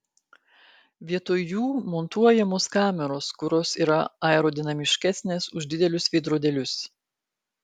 vietoj jų montuojamos kameros kurios yra aerodinamiškesnės už didelius veidrodėlius